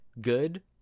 good